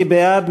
מי בעד?